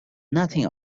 nothing